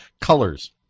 Colors